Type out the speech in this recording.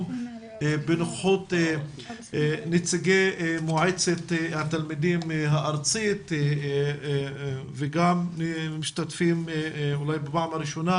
בנוכחות נציגי מועצת התלמידים הארצית וגם משתתפים אולי בפעם הראשונה,